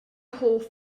hoff